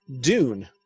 Dune